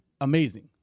amazing